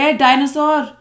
dinosaur